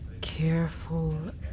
Careful